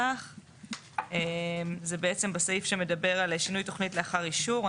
לנוסח, בסעיף שמדבר על שינוי תכנית לאחר אישור.